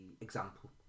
Example